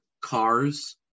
cars